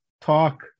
talk